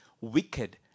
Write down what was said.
Wicked